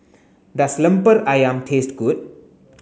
does Lemper Ayam taste good